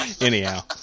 anyhow